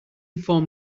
form